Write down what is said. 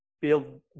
build